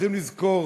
צריכים לזכור